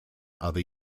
other